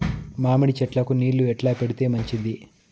మామిడి చెట్లకు నీళ్లు ఎట్లా పెడితే మంచిది?